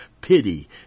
pity